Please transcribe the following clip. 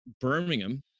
Birmingham